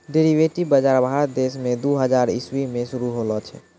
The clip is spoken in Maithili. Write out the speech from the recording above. डेरिवेटिव बजार भारत देश मे दू हजार इसवी मे शुरू होलो छै